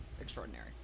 extraordinary